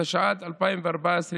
התשע"ד 2014,